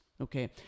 Okay